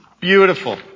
beautiful